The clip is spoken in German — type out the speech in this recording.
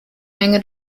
menge